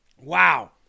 Wow